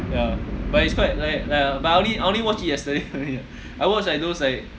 ya but it's quite like uh like I only I only watched it yesterday only ah I watch like those like